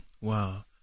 Wow